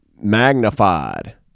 magnified